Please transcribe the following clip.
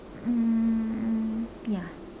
um ya